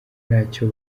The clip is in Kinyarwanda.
ntacyo